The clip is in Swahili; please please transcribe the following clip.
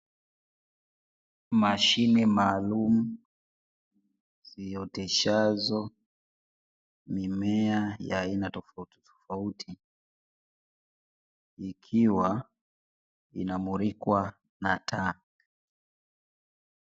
Mashine maalumu, zioteshazo mimea ya aina tofautitofauti, ikiwa inamulikwa na taa.